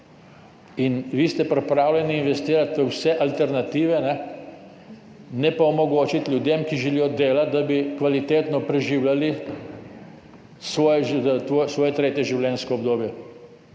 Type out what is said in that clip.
In vi ste pripravljeni investirati v vse alternative, ne pa omogočiti ljudem, ki želijo delati, da bi kvalitetno preživljali svoje tretje življenjsko obdobje.